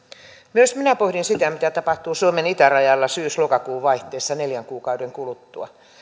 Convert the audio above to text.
myös minä pohdin sitä mitä tapahtuu suomen itärajalla syys lokakuun vaihteessa neljän kuukauden kuluttua